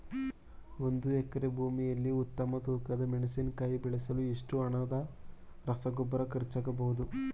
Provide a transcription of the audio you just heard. ಒಂದು ಎಕರೆ ಭೂಮಿಯಲ್ಲಿ ಉತ್ತಮ ತೂಕದ ಮೆಣಸಿನಕಾಯಿ ಬೆಳೆಸಲು ಎಷ್ಟು ಹಣದ ರಸಗೊಬ್ಬರ ಖರ್ಚಾಗಬಹುದು?